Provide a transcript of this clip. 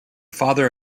father